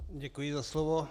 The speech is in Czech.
Děkuji za slovo.